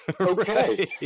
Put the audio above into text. Okay